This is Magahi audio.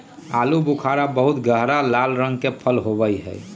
आलू बुखारा बहुत गहरा लाल रंग के फल होबा हई